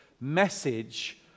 message